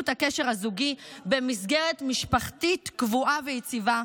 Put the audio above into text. הקשר הזוגי במסגרת משפחתית קבועה ויציבה,